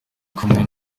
kumwe